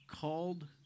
called